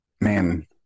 man